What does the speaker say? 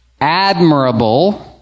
admirable